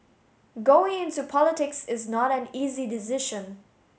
going into politics is not an easy decision